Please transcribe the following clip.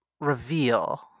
reveal